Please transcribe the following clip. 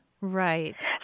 Right